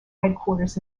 headquarters